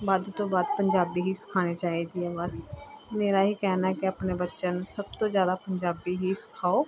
ਵੱਧ ਤੋਂ ਵੱਧ ਪੰਜਾਬੀ ਹੀ ਸਿਖਾਉਣੀ ਚਾਹੀਦੀ ਆ ਬਸ ਮੇਰਾ ਇਹ ਕਹਿਣਾ ਕਿ ਆਪਣੇ ਬੱਚਿਆਂ ਨੂੰ ਸਭ ਤੋਂ ਜ਼ਿਆਦਾ ਪੰਜਾਬੀ ਹੀ ਸਿਖਾਓ